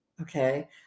okay